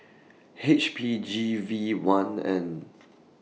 H P G V one N